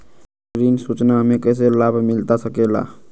ऋण सूचना हमें कैसे लाभ मिलता सके ला?